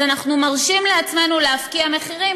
אז אנחנו מרשים לעצמנו להפקיע מחירים,